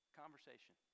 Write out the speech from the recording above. conversation